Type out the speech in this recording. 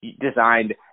designed